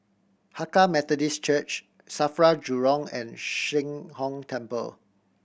Hakka Methodist Church SAFRA Jurong and Sheng Hong Temple